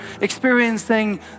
experiencing